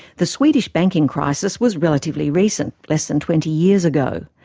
the swedish banking crisis was relatively recent, less than twenty years ago.